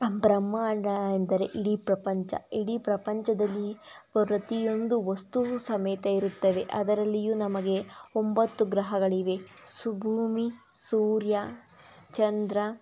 ಬ್ರಹ್ಮಾಂಡ ಎಂದರೆ ಇಡೀ ಪ್ರಪಂಚ ಇಡೀ ಪ್ರಪಂಚದಲ್ಲಿ ಪ್ರತಿಯೊಂದು ವಸ್ತುವೂ ಸಮೇತ ಇರುತ್ತದೆ ಅದರಲ್ಲಿಯೂ ನಮಗೆ ಒಂಬತ್ತು ಗ್ರಹಗಳಿವೆ ಸುಭೂಮಿ ಸೂರ್ಯ ಚಂದ್ರ